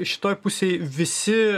šitoj pusėj visi